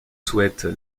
souhaitent